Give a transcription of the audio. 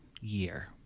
year